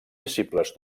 visibles